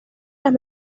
las